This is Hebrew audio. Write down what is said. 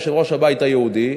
יושב-ראש הבית היהודי: